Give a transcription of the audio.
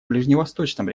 ближневосточном